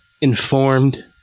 informed